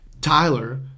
Tyler